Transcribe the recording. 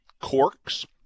corks